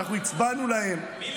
אנחנו הצבענו להם -- מי למשל?